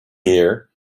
year